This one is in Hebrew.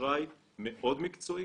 אשראי מאוד מקצועי,